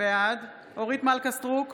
בעד אורית מלכה סטרוק,